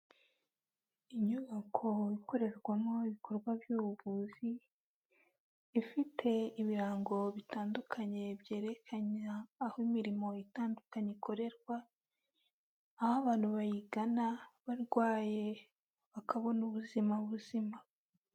Inyubako ikorerwamo ibikorwa by'ubuvuzi, ifite ibirango bitandukanye byerekanira aho imirimo itandukanye ikorerwa, aho abantu bayigana barwaye bakabona ubuzima buzima.